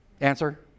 answer